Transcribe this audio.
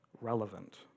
relevant